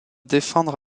défendre